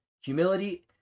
Humility